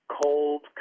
cold